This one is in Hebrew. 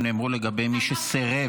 הם נאמרו לגבי מי שסירב,